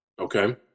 Okay